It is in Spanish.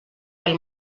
del